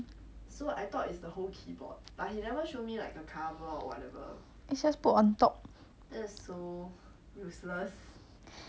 but recently ryan also spent a lot of money sia I think cause like the mum pass away right I think they got quite a lot of money now